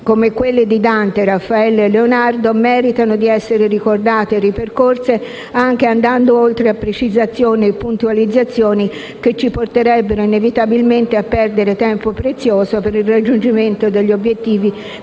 come quelle di Dante, Raffaello e Leonardo meritano di essere ricordate e ripercorse anche andando oltre precisazioni e puntualizzazioni che ci porterebbero inevitabilmente a perdere tempo prezioso per il raggiungimento degli obiettivi che il